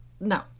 No